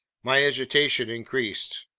my agitation increased.